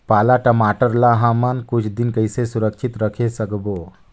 पाला टमाटर ला हमन कुछ दिन कइसे सुरक्षित रखे सकबो?